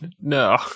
no